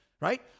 right